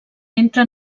entra